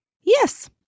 Yes